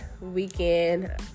weekend